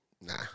nah